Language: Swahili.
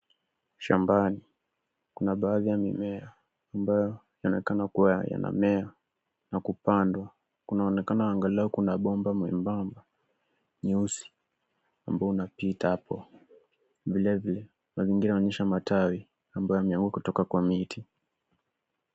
Shambani kuna baadhi ya mimea ambayo yanaonekana kuwa yanamea na kupandwa. Kunaonekana angalau kuna bomba mwembamba nyeusi ambao unapita hapo. Vilevile, mazingira yaonyesha matawi ambayo yameanguka kwa miti.